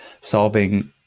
solving